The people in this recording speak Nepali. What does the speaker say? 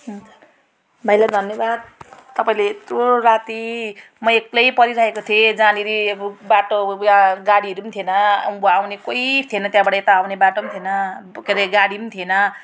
भाइलाई धन्यवाद तपाईँले यत्रो राति म एक्लै परिरहेको थिएँ जहाँनिर अब बाटो गाडीहरू पनि थिएन अब आउने कोही थिएन त्यहाँबाट यता आउने बाटो पनि थिएन के अरे गाडी पनि थिएन